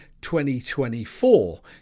2024